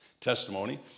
testimony